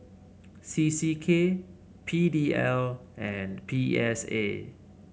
C C K P D L and P S A